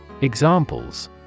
Examples